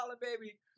baby